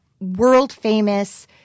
world-famous